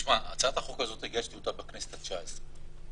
את הצעת החוק הגשתי בכנסת ה-19,